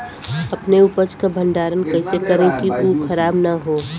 अपने उपज क भंडारन कइसे करीं कि उ खराब न हो?